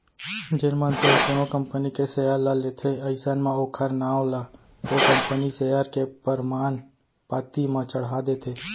जेन मनसे ह कोनो कंपनी के सेयर ल लेथे अइसन म ओखर नांव ला ओ कंपनी सेयर के परमान पाती म चड़हा देथे